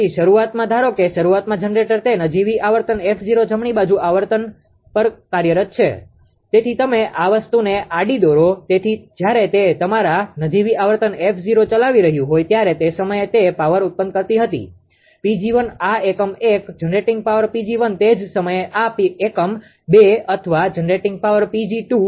તેથી શરૂઆતમાં ધારો કે શરૂઆતમાં જનરેટર તે નજીવી આવર્તન 𝑓0 જમણી આવર્તન પર કાર્યરત છે તેથી તમે આ વસ્તુને આડી દોરો તેથી જ્યારે તે તમારા નજીવી આવર્તન 𝑓0 ચલાવી રહ્યું હોય ત્યારે તે સમયે તે પાવર ઉત્પન્ન કરતી હતી 𝑃𝑔1 આ એકમ 1 જનરેટિંગ પાવર 𝑃𝑔1 તે જ સમયે આ એકમ 2 અથવા જનરેટિંગ પાવર 𝑃𝑔2